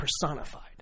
personified